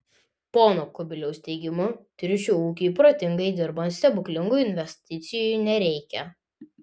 pono kubiliaus teigimu triušių ūkiui protingai dirbant stebuklingų investicijų nereikia